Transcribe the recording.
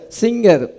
singer